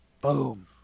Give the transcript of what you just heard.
Boom